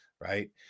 right